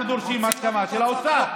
אנחנו דורשים הסכמה של האוצר.